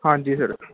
ਹਾਂਜੀ ਸਰ